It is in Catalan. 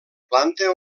planta